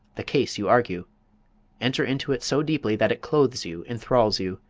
the case you argue enter into it so deeply that it clothes you, enthralls you,